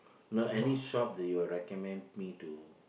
no any shop that you will recommend me to